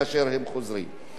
בעצם,